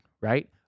right